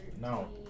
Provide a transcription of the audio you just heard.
No